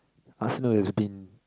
Arsenal has been